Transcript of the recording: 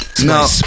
No